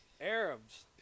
Arabs